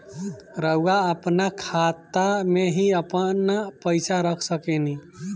रउआ आपना खाता में ही आपन पईसा रख सकेनी